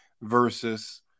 versus